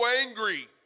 angry